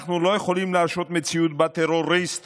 אנחנו לא יכולים להרשות מציאות שבה טרוריסט